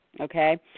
okay